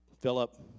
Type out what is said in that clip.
Philip